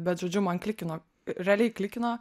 bet žodžiu man klikino realiai klikino